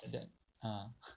at that ah